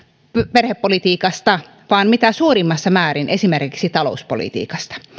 perhepolitiikasta vaan mitä suurimmassa määrin esimerkiksi talouspolitiikasta